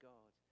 God